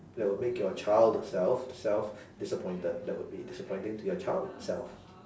that would make your child self self disappointed that would be disappointing to your child self